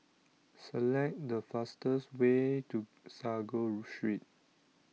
Select The fastest Way to Sago Street